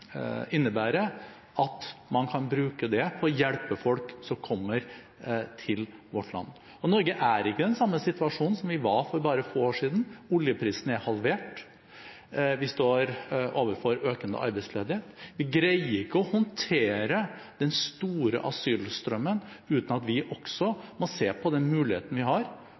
innebærer – at man kan bruke den muligheten på å hjelpe folk som kommer til vårt land. Og Norge er ikke i den samme situasjonen som vi var i for bare få år siden. Oljeprisen er halvert. Vi står overfor økende arbeidsledighet. Vi greier ikke å håndtere den store asylstrømmen uten at vi også må se på den muligheten vi har